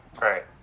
Right